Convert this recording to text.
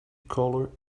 color